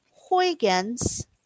Huygens